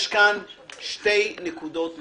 יש פה שתי נקודות להתייחסות,